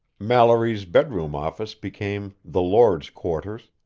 mallory's bedroom-office became the lord's quarters,